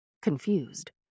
confused